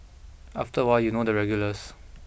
after a while you know the regulars